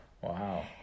Wow